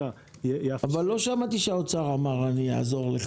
אבל לא שמעתי שהאוצר אמר שהוא יעזור לך.